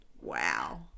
Wow